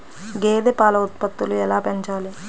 గేదె పాల ఉత్పత్తులు ఎలా పెంచాలి?